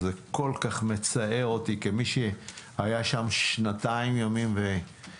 וזה כל כך מצער אותי כמי שהיה שם שנתיים ימים ואני